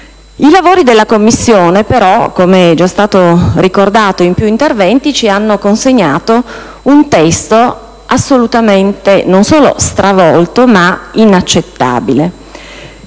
I lavori della Commissione, però, come è già stato ricordato in più interventi, ci hanno consegnato un testo assolutamente, non solo stravolto, ma inaccettabile.